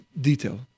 detail